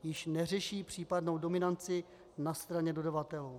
Již neřeší případnou dominanci na straně dodavatele.